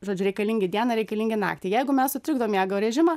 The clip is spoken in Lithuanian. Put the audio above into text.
žodžiu reikalingi dieną reikalingi naktį jeigu mes sutrikdom miego režimą